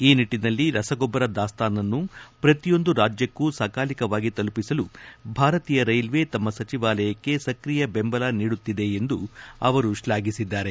ಈ ನಿಟ್ಟನಲ್ಲಿ ರಸಗೊಬ್ಲರ ದಾಸ್ತಾನನ್ನು ಪ್ರತಿಯೊಂದು ರಾಜ್ಲಕ್ಕೂ ಸಕಾಲಿಕವಾಗಿ ತಲುಪಿಸಲು ಭಾರತೀಯ ರೈಲ್ವೆ ತಮ್ಮ ಸಚಿವಾಲಯಕ್ಕೆ ಸ್ಕಿಯ ಬೆಂಬಲ ನೀಡುತ್ತಿದೆ ಎಂದು ಅವರು ಶ್ಲಾಘಿಸಿದ್ದಾರೆ